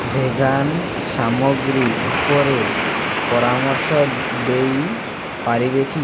vegan ସାମଗ୍ରୀ ଉପରେ ପରାମର୍ଶ ଦେଇ ପାରିବେ କି